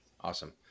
awesome